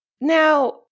now